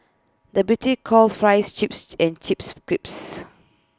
the British calls Fries Chips and Chips Crisps